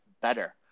better